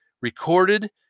recorded